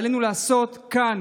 עלינו לעשות כאן